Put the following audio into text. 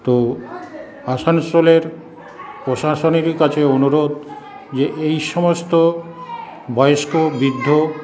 তো আসানসোলের প্রশাসনের কাছে অনুরোধ যে এই সমস্ত বয়স্ক বৃদ্ধ